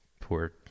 poor